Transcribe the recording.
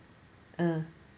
uh